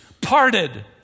parted